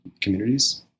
communities